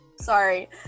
Sorry